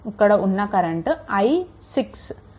ఇక్కడ ఉన్న current i6